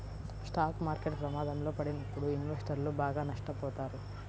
stock market ప్రమాదంలో పడినప్పుడు ఇన్వెస్టర్లు బాగా నష్టపోతారు